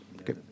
Okay